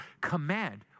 command